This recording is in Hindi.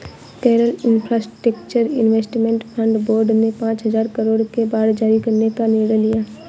Kerala infrastructure investment fund board ने पांच हजार करोड़ के बांड जारी करने का निर्णय लिया